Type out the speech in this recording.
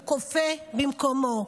הוא קופא במקומו.